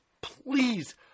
Please